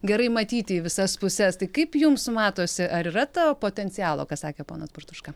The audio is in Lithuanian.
gerai matyti į visas puses tai kaip jums matosi ar yra to potencialo ką sakė ponas bartuška